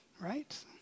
right